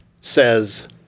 says